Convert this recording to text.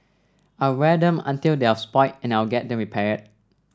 I'll wear them until they're spoilt and I'll get them repaired